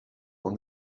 will